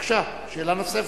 בבקשה, שאלה נוספת.